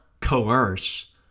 coerce